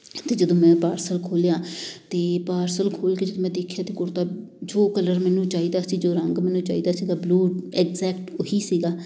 ਅਤੇ ਜਦੋਂ ਮੈਂ ਪਾਰਸਲ ਖੋਲਿਆ ਅਤੇ ਪਾਰਸਲ ਖੋਲ ਕੇ ਮੈਂ ਦੇਖਿਆ ਅਤੇ ਕੁੜਤਾ ਜੋ ਕਲਰ ਮੈਨੂੰ ਚਾਹੀਦਾ ਸੀ ਜੋ ਰੰਗ ਮੈਨੂੰ ਚਾਹੀਦਾ ਸੀ ਉਹਦਾ ਬਲੂ ਐਗਜੈਕਟ ਉਹ ਹੀ ਸੀਗਾ